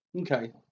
Okay